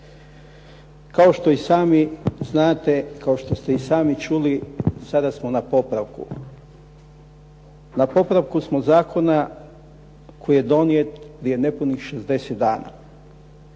Kao što i sami znate, kao što ste i sami čuli, sada smo na popravku. Na popravku smo zakona koji je donijet prije nepunih 60 dana.